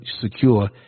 secure